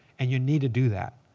and you need to do that.